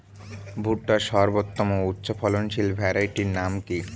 ভুট্টার সর্বোত্তম উচ্চফলনশীল ভ্যারাইটির নাম কি?